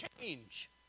change